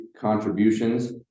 contributions